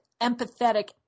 empathetic